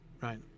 right